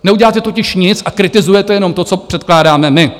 Neuděláte totiž nic a kritizujete jenom to, co předkládáme my.